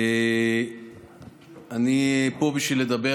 אני נותן